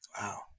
Wow